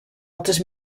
altres